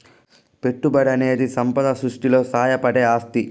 పెట్టుబడనేది సంపద సృష్టిలో సాయపడే ఆస్తి